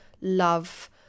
love